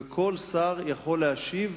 וכל שר יכול להשיב,